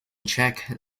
check